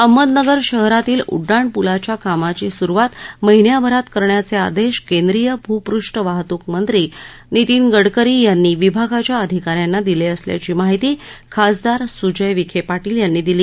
अहमदनगर शहरातील उङ्डाण पुलाच्या कामाची सुरूवात महीन्याभरात करण्याचे आदेश केंद्रीय भूपुष्ठवाहतूक मंत्री नितीन गडकरी यांनी विभागाच्या अधिका यांना दिले असल्याची माहीती खासदार सुजय विखे पाटील यांनी दिली